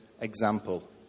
example